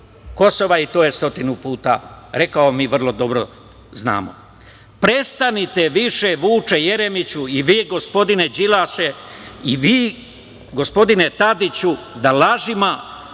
Kosova i to je 100 puta rekao, a mi vrlo dobro znamo. Prestanite više, Vuče Jeremiću i vi gospodine Đilase i vi gospodine Tadiću, da lažima